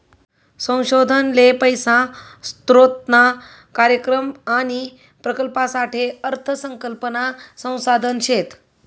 संशोधन ले पैसा स्रोतना कार्यक्रम आणि प्रकल्पसाठे अर्थ संकल्पना संसाधन शेत